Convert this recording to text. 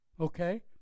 okay